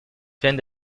fern